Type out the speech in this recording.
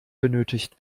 benötigt